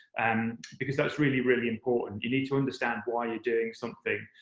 and because that's really, really important. you need to understand why you're doing something.